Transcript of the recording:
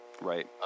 Right